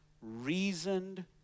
reasoned